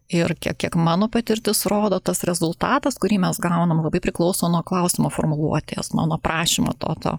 ir kiek mano patirtis rodo tas rezultatas kurį mes gauname labai priklauso nuo klausimo formuluotės nuo nuo prašymo to to